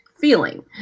feeling